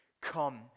come